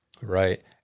Right